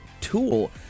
tool